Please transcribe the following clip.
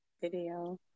Video